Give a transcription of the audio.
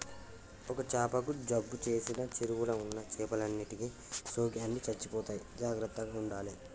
ఒక్క చాపకు జబ్బు చేసిన చెరువుల ఉన్న చేపలన్నిటికి సోకి అన్ని చచ్చిపోతాయి జాగ్రత్తగ ఉండాలే